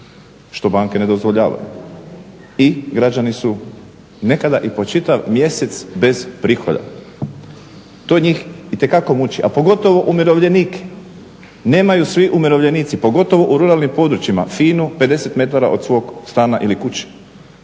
što banke ne dozvoljavaju i građani su nekada i po čitav mjesec bez prihoda. To njih itekako muči a pogotovo umirovljenike. Nemaju svi umirovljenici pogotovo u ruralnim područjima FINU 50 m od svog stana ili kuće.